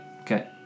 Okay